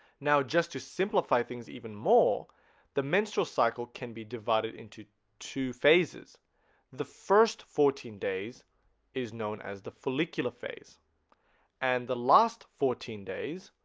now just to simplify things even more the menstrual cycle can be divided into two phases the first fourteen days is known as the follicular phase and the last fourteen days